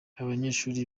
banyeshuri